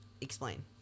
Explain